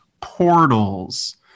portals